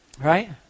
right